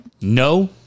No